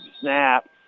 Snap